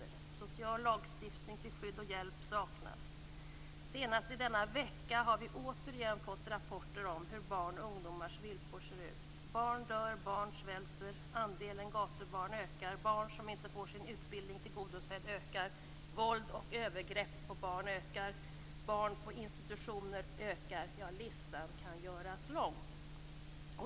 Social lagstiftning till skydd och hjälp saknas. Senast i denna vecka har vi återigen fått rapporter om hur barns och ungdomars villkor ser ut. Barn dör, barn svälter, andelen gatubarn ökar, antalet barn som inte får sin utbildning tillgodosedd ökar, våld och övergrepp på barn ökar och antalet barn på institutioner ökar. Listan kan göras lång.